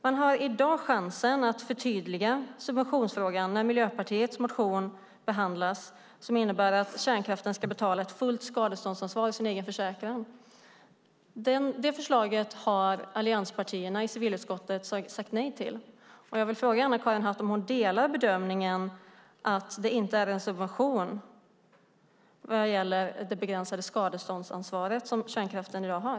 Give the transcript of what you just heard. Man har i dag chansen att förtydliga subventionsfrågan när Miljöpartiets motion, som innebär att kärnkraften ska betala ett fullt skadeståndsansvar i sin egen försäkring, behandlas. Det förslaget har allianspartierna i civilutskottet sagt nej till. Jag vill fråga Anna-Karin Hatt om hon delar bedömningen att det inte är en subvention vad gäller det begränsade skadeståndsansvar som kärnkraften i dag har.